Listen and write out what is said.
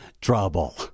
Trouble